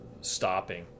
stopping